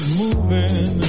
moving